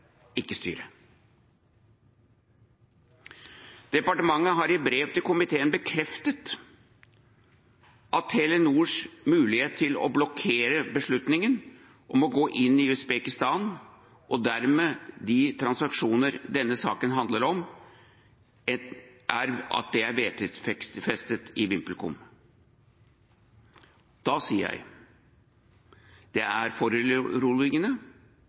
ikke styret. Departementet har i brev til komiteen bekreftet at Telenors mulighet til å blokkere beslutningen om å gå inn i Usbekistan og dermed de transaksjoner denne saken handler om, er vedtektsfestet i VimpelCom. Da sier jeg det er foruroligende